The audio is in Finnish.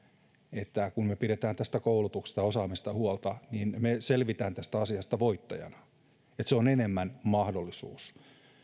että kun me pidämme koulutuksesta ja osaamisesta huolta niin me selviämme tästä asiasta voittajana se on enemmän mahdollisuus